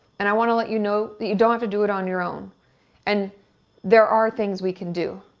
and i want to let you know that you don t have to do it on your own and there are things we can do.